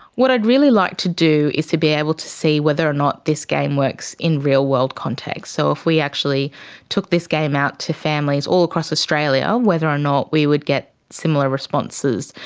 what i'd really like to do is to be able to see whether or not this game works in real world contexts. so if we actually took this game out to families all across australia, whether or not we would get similar responses,